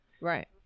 Right